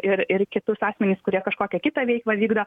ir ir kitus asmenis kurie kažkokią kitą veiklą vykdo